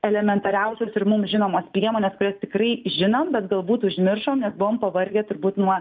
elementariausios ir mums žinomos priemonės kurias tikrai žinom bet galbūt užmiršom nas buvom pavargę turbūt nuo